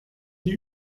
die